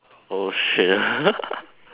oh shit